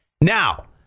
now